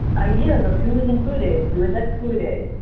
ideas of who is included, who is excluded,